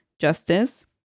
justice